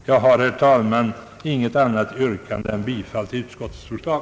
Jag har, herr talman, inget annat yrkande än om bifall till utskottets förslag.